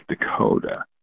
Dakota